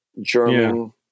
German